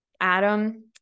Adam